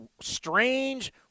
strange